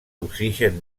oxigen